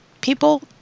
people